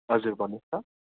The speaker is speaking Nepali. हजुर भन्नुहोस् त